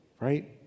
Right